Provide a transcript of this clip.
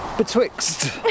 Betwixt